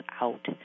out